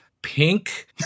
pink